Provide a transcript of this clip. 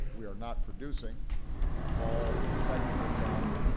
we are not producing all the technical talent,